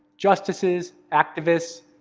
justices, activists,